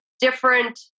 different